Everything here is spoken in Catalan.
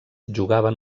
jugaven